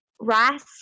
rice